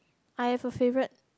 I have a favourite